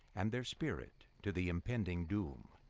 and their spirit to the impending doom.